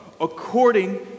according